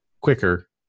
quicker